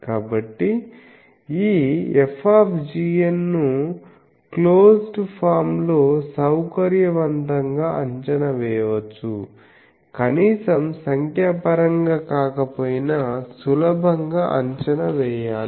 కాబట్టి ఈ F ను క్లోస్డ్ ఫామ్ లో సౌకర్యవంతంగా అంచనా వేయవచ్చు కనీసం సంఖ్యాపరంగా కాకపోయినా సులభంగా అంచనా వేయాలి